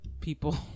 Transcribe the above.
people